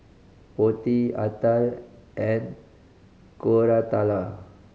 Potti Atal and Koratala